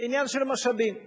עניין של משאבים.